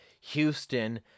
Houston